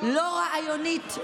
לא רעיונית,